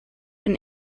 and